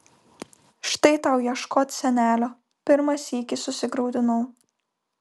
štai tau ieškot senelio pirmą sykį susigraudinau